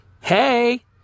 hey